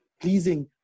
pleasing